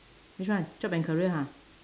which one job and career ha